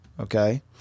okay